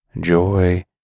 joy